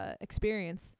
experience